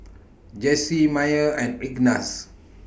Jessy Myer and Ignatz